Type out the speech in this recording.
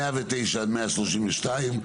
109 עד 132,